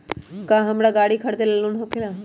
का हमरा गारी खरीदेला लोन होकेला?